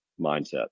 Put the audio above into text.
mindset